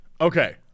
Okay